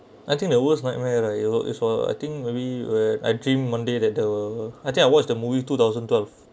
I think the worst nightmare like you look this world I think maybe where I dream monday that the I think I watch the movie two thousand twelve